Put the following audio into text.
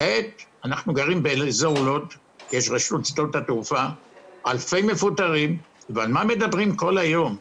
יש ברשות שדות התעופה אלפי מפוטרים ועל מה זה מדברים כל היום?